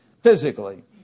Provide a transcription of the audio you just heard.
physically